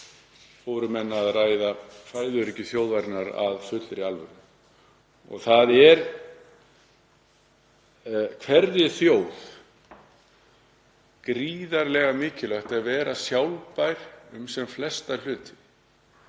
fóru menn að ræða fæðuöryggi þjóðarinnar af fullri alvöru. Það er hverri þjóð gríðarlega mikilvægt að vera sjálfbær um sem flesta hluti.